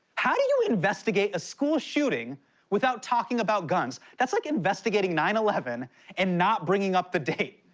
how do you investigate a school shooting without talking about guns? that's like investigating nine eleven and not bringing up the date.